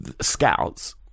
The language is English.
scouts